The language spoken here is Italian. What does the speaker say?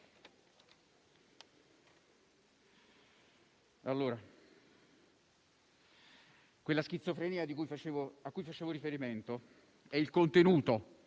Quella schizofrenia a cui facevo riferimento è il contenuto